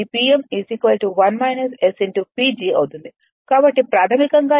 కాబట్టి ప్రాథమికంగా ఇది PG S PG